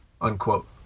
unquote